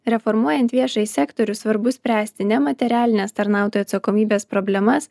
reformuojant viešąjį sektorių svarbu spręsti ne materialines tarnautojų atsakomybės problemas